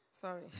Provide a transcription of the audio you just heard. Sorry